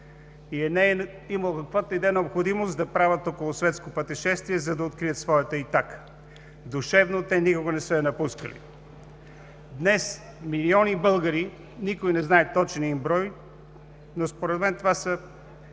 И не е имало каквато и да е необходимост да правят околосветско пътешествие, за да открият своята Изтака. Душевно те никога не са я напускали“. Днес милиони българи, никой не знае точния им брой, но според мен това са